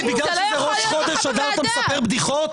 בגלל שזה ראש חודש אתה מספר בדיחות?